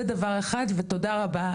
זה דבר אחד ותודה רבה,